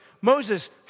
Moses